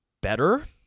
better